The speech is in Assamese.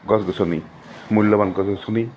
গছ গছনি মূল্যৱান গছ গছনি